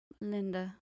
Linda